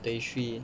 thirty three